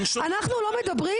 אנחנו לא מדברים?